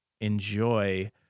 enjoy